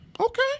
Okay